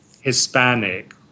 Hispanic